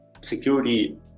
security